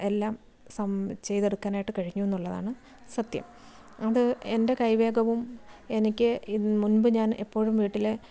എല്ലാം സം ചെയ്തെടുക്കാനായിട്ട് കഴിഞ്ഞൂന്നുള്ളതാണ് സത്യം അത് എൻ്റെ കൈ വേഗവും എനിക്ക് മുൻപ് ഞാൻ എപ്പോഴും വീട്ടിലെ